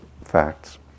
facts